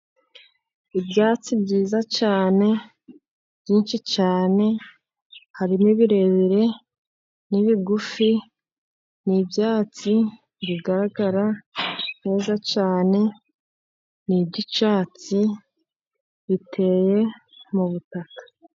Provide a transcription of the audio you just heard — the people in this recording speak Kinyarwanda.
Ibyatsi byiza cyane, byinshi cyane, harimo ibirebire n'ibigufi, ni ibyatsi bigaragara neza cyane, ni iby'icyatsi, biteye mu butaka.